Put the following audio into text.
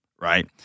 Right